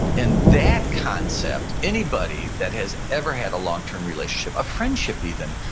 and that concept, anybody that has ever had a longterm relationship, a friendship even,